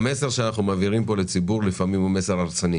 המסר שאנחנו מעבירים לציבור יכול להיות הרסני.